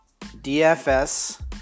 DFS